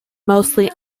mostly